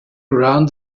around